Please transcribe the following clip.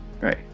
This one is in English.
right